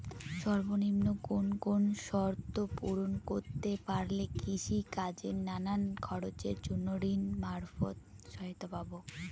সর্বনিম্ন কোন কোন শর্ত পূরণ করতে পারলে কৃষিকাজের নানান খরচের জন্য ঋণ মারফত সহায়তা পাব?